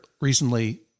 recently